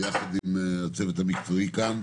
ביחד עם הצוות המקצועי כאן,